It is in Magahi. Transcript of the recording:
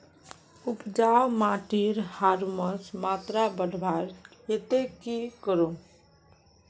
उपजाऊ माटिर ह्यूमस मात्रा बढ़वार केते की करूम?